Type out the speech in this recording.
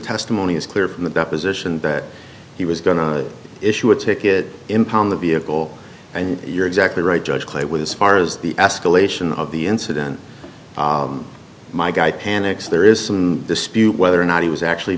testimony is clear from the deposition that he was going to issue a ticket impound the vehicle and you're exactly right judge clay wood as far as the escalation of the incident my guy panics there is some dispute whether or not he was actually